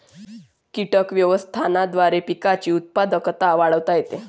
कीटक व्यवस्थापनाद्वारे पिकांची उत्पादकता वाढवता येते